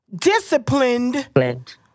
disciplined